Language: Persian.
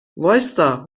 وایستا